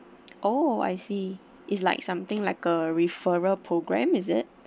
oh I see it's like something like a referral programme is it